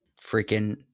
freaking